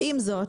עם זאת,